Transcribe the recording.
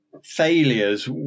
failures